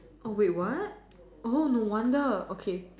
oh wait what oh no wonder okay